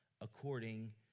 according